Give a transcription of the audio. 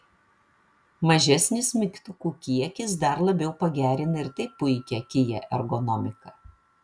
mažesnis mygtukų kiekis dar labiau pagerina ir taip puikią kia ergonomiką